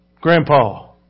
Grandpa